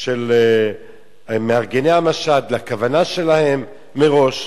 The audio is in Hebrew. של מארגני המשט, לכוונה שלהם מראש.